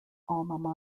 alma